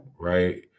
right